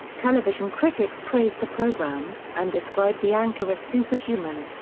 television critics praised the program, and described the anchor as superhuman.